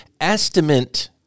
estimate